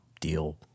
deal